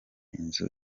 inzu